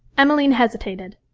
emmeline hesitated,